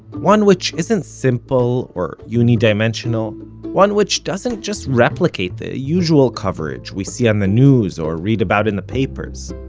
one which isn't simple or uni-dimensional. one which doesn't just replicate the usual coverage we see on the news or read about in the papers,